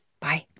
Bye